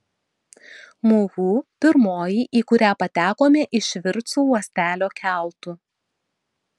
muhu pirmoji į kurią patekome iš virtsu uostelio keltu